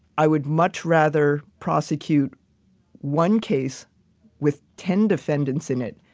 i would much rather prosecute one case with ten defendants in it,